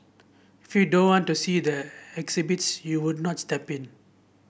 if you don't want to see the exhibits you would not step in